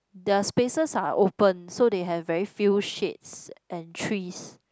their spaces are open so they have very few shades and trees